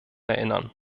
erinnern